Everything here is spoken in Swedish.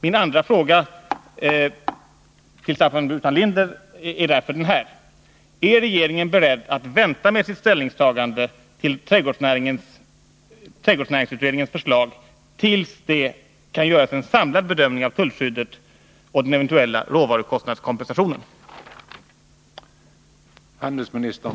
Min andra fråga till Staffan Burenstam Linder är därför: Är regeringen beredd att vänta med sitt ställningstagande till trädgårdsnäringsutredningens förslag till dess att det kan göras en samlad bedömning av tullskyddet och den eventuella råvarukostnadskompensationen?